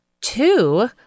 Two